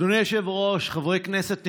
אדוני היושב-ראש, חברי כנסת נכבדים,